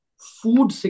food